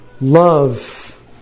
love